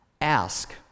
ask